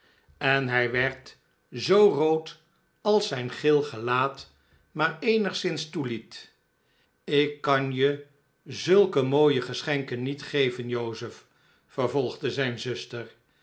en hij werd zoo rood als zijn geel gelaat maar eenigszins toeliet ik kan je zulke mooie geschenken niet geven joseph vervolgde zijn zuster